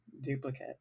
duplicate